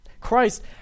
Christ